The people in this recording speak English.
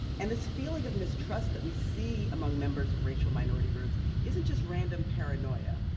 and this feeling of mistrust that we see among members of racial minority groups isn't just random paranoia.